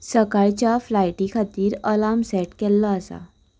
सकाळच्या फ्लायटी खातीर अलार्म सेट केल्लो आसा